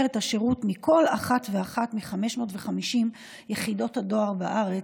את השירות מכל אחת ואחת מ-550 יחידות הדואר בארץ,